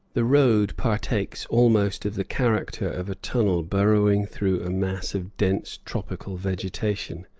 the road partakes almost of the character of a tunnel burrowing through a mass of dense tropical vegetation.